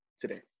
today